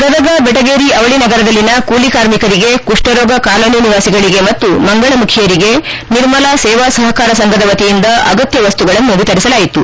ಗದಗ ಬೆಟಗೇರಿ ಅವಳಿ ನಗರದಲ್ಲಿನ ಕೂಲಿ ಕಾರ್ಮಿಕರಿಗೆ ಕುಷ್ಟರೋಗ ಕಾಲೋನಿ ನಿವಾಸಿಗಳಿಗೆ ಮತ್ತು ಮಂಗಳ ಮುಖಿಯರಿಗೆ ನಿರ್ಮಲಾ ಸೇವಾ ಸಹಕಾರ ಸಂಘದ ವತಿಯಿಂದ ಅಗತ್ಯ ವಸ್ತುಗಳನ್ನು ವಿತರಿಸಲಾಯಿತು